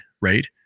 right